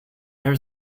there